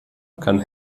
kann